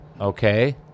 Okay